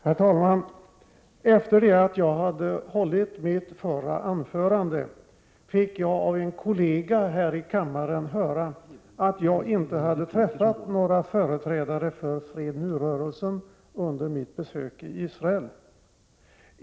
Herr talman! Efter det jag hade hållit mitt förra anförande fick jag höra av en kollega här i kammaren att jag inte hade träffat några företrädare för Fred Nu-rörelsen under mitt besök i Israel.